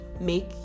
make